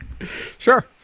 Sure